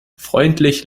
freundlich